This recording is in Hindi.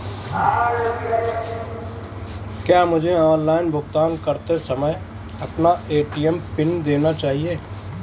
क्या मुझे ऑनलाइन भुगतान करते समय अपना ए.टी.एम पिन देना चाहिए?